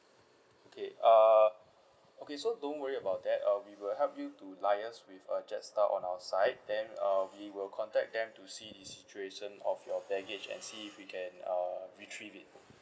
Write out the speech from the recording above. okay err okay so don't worry about that uh we will help you to liaise with uh jetstar on our side then uh we will contact them to see the situation of your baggage and see if we can uh retrieve it